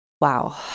Wow